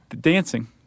Dancing